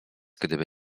gdyby